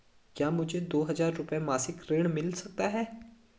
क्या मुझे दो हज़ार रुपये मासिक ऋण मिल सकता है?